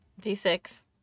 D6